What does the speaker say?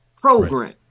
program